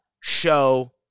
show